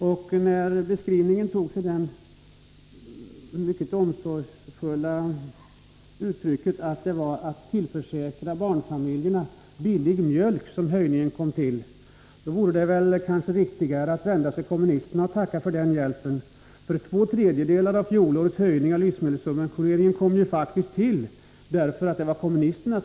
Ulf Lönnqvist beskrev det så, att höjningen tillkom av omsorg om barnfamiljerna — för att tillförsäkra dem billig mjölk. Det vore kanske riktigare att vända sig till kommunisterna och tacka för den hjälpen — två tredjedelar av fjolårets höjning av livsmedelssubventioneringen kom ju faktiskt till på grund av kommunisterna.